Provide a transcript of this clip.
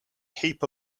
heap